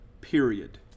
period